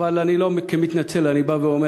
אבל אני לא כמתנצל, אני בא ואומר,